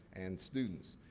and students.